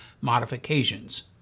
modifications